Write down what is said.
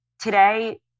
today